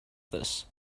this